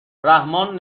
رحمان